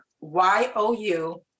Y-O-U